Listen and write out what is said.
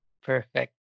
perfect